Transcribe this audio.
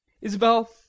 Isabel